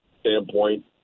standpoint